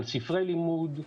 על ספרי לימוד,